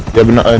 given